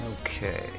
okay